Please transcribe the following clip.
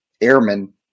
airmen